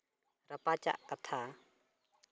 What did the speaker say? ᱨᱟᱯᱟᱪᱟᱜ ᱠᱟᱛᱷᱟ